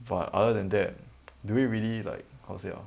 but other than that do we really like how to say ah